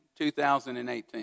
2018